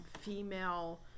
female